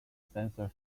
sensor